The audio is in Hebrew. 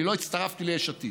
אני לא הצטרפתי ליש עתיד.